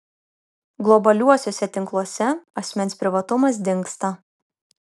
globaliuosiuose tinkluose asmens privatumas dingsta